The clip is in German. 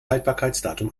haltbarkeitsdatum